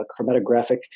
chromatographic